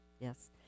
Yes